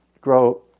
grow